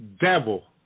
devil